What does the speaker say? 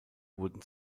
wurden